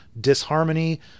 disharmony